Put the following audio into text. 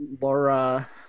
Laura